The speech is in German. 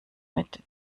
mit